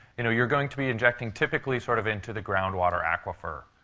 you know you're going to be injecting, typically, sort of into the groundwater aquifer.